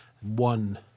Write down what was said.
one